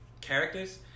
characters